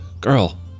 Girl